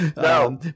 No